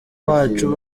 wacu